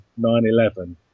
9-11